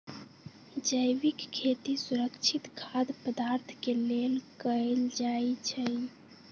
जैविक खेती सुरक्षित खाद्य पदार्थ के लेल कएल जाई छई